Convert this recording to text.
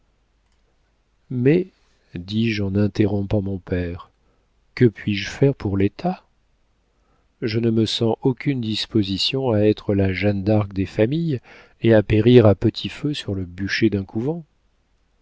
mais dis-je en interrompant mon père que puis-je faire pour l'état je ne me sens aucune disposition à être la jeanne d'arc des familles et à périr à petit feu sur le bûcher d'un couvent